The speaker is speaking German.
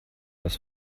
das